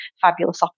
fabulous